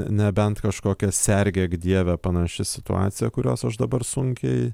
nebent kažkokia sergėk dieve panaši situacija kurios aš dabar sunkiai